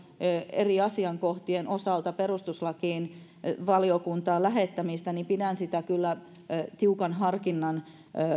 eri asiakohtien osalta perustuslakivaliokuntaan lähettämistä ja pidän sitä kyllä tiukan harkinnan